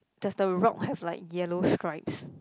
does the rock have like yellow stripes